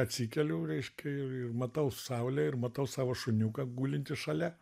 atsikeliu reiškia ir ir matau saulę ir matau savo šuniuką gulintį šalia